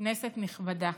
כנסת נכבדה,